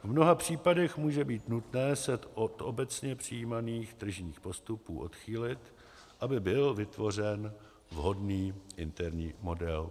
V mnoha případech může být nutné se od obecně přijímaných tržních postupů odchýlit, aby byl vytvořen vhodný interní model.